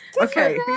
Okay